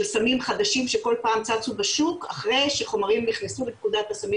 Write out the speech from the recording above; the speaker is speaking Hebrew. סמים חדשים שכל פעם צצו בשוק אחרי שחומרים נכנסו לפקודת הסמים